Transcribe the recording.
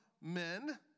men